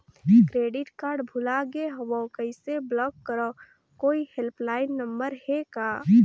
Credit card भुला गे हववं कइसे ब्लाक करव? कोई हेल्पलाइन नंबर हे का?